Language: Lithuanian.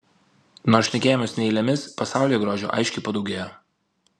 nors šnekėjomės ne eilėmis pasaulyje grožio aiškiai padaugėjo